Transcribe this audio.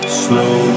slow